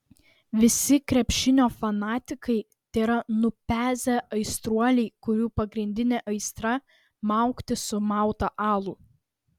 visi krepšinio fanatikai tėra nupezę aistruoliai kurių pagrindinė aistra maukti sumautą alų